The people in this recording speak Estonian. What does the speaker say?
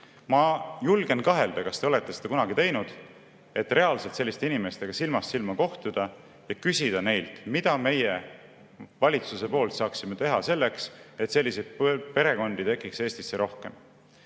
Ma julgen kahelda, kas te olete seda kunagi teinud, et reaalselt selliste inimestega silmast silma kohtuda ja küsida neilt, mida meie valitsuses saaksime teha selleks, et selliseid perekondi tekiks Eestisse rohkem.